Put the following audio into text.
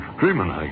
dreaming